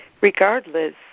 Regardless